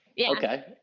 Okay